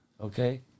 okay